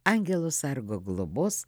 angelo sargo globos